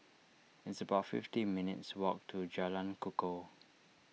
it's about fifty minutes' walk to Jalan Kukoh